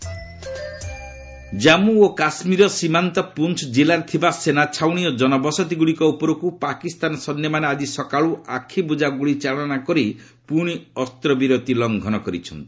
JK ceasefire violence Jammu ଓ କାଶ୍ମୀରର ସୀମାନ୍ତ ପୁଞ୍ ଜିଲ୍ଲାରେ ଥିବା ସେନା ଛାଉଣି ଓ ଜନବସତିଗୁଡ଼ିକ ଉପରକୁ ପାକିସ୍ତାନ ସୈନ୍ୟମାନେ ଆଜି ସକାଳୁ ଆଖିବୁଜା ଗୁଳିଚାଳନା କରି ପୁଣି ଅସ୍ତ୍ରବିରତି ଲଂଘନ କରିଛନ୍ତି